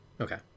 Okay